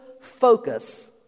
focus